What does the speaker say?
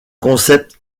concept